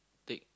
take